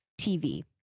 TV